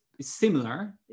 similar